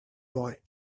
boy